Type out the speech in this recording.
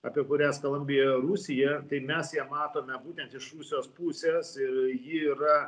apie kurią skalambija rusija tai mes ją matome būtent iš rusijos pusės ir ji yra